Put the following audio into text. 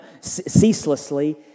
ceaselessly